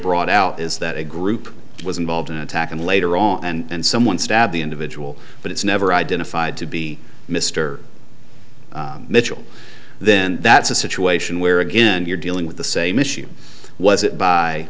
brought out is that a group was involved in an attack and later on and someone stabbed the individual but it's never identified to be mister mitchell then that's a situation where again you're dealing with the same issue was it by